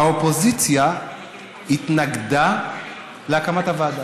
האופוזיציה התנגדה להקמת הוועדה.